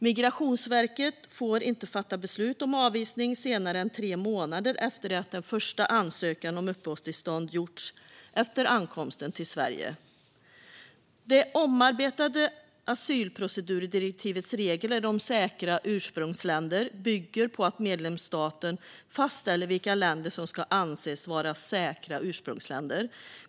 Migrationsverket får inte fatta beslut om avvisning senare än tre månader efter det att den första ansökan om uppehållstillstånd gjorts efter ankomsten till Sverige. Det omarbetade asylprocedurdirektivets regler om säkra ursprungsländer bygger på att medlemsstaten fastställer vilka länder som ska anses vara säkra ursprungsländer.